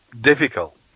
difficult